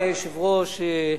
אדוני היושב-ראש,